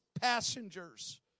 passengers